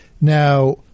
Now